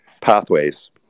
Pathways